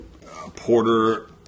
Porter